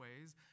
ways